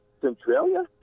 centralia